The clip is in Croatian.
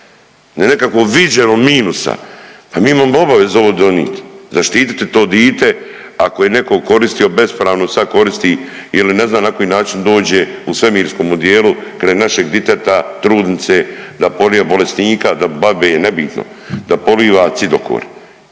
na nekakvo viđeno minusa, pa mi imamo obavezu ovo donit, zaštiti to dite ako je netko koristio, bespravno sad koristi ili ne znam na koji način dođe u svemirskom odjelu kraj našeg diteta, trudnice da povija bolesnika, da babe, nebitno, da poliva cidofor